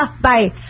Bye